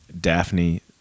Daphne